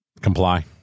comply